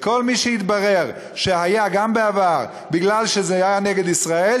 וכל מי שיתברר שהיה גם בעבר מפני שזה היה נגד ישראל,